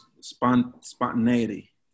spontaneity